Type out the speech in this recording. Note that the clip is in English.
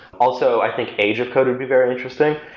also, i think age of code would be very interesting.